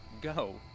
Go